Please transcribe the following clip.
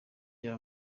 iyo